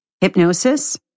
Hypnosis